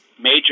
major